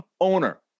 owner